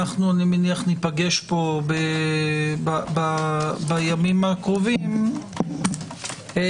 ניפגש פה בימים הקרובים, אני מניח.